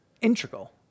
integral